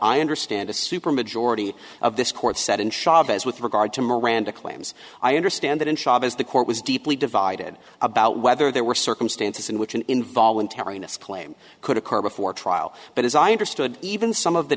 i understand a supermajority of this court said in chavez with regard to miranda claims i understand that in chavez the court was deeply divided about whether there were circumstances in which an involuntary claim could occur before trial but as i understood even some of the